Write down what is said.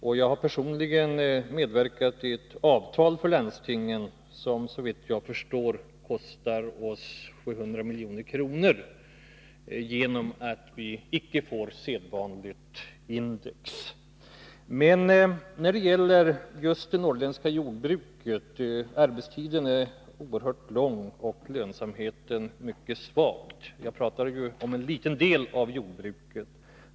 Och jag har personligen medverkat till ett avtal för landstingen som såvitt jag förstår kostar oss 700 milj.kr. på grund av att vi icke får sedvanligt index. I det norrländska jordbruket är arbetstiden oerhört lång och lönsamheten mycket svag — jag pratar ju om en liten del av jordbruket.